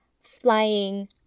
flying